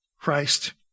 Christ